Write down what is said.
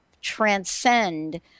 transcend